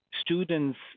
students